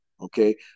okay